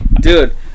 dude